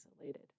isolated